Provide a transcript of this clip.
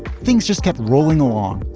things just kept rolling along.